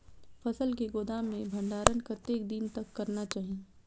फसल के गोदाम में भंडारण कतेक दिन तक करना चाही?